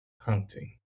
hunting